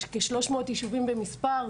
כ-300 ישובים במספר.